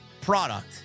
product